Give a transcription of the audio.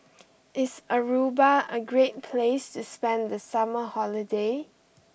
is Aruba a great place to spend the summer holiday